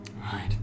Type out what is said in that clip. Right